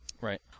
Right